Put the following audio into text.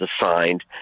assigned